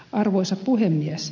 arvoisa puhemies